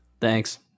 Thanks